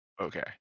Okay